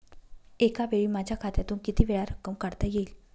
एकावेळी माझ्या खात्यातून कितीवेळा रक्कम काढता येईल?